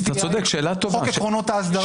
לפי חוק עקרונות ההסדרה,